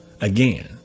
Again